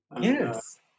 Yes